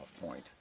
point